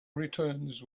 returns